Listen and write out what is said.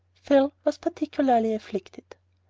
phil was particularly afflicted.